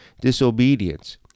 disobedience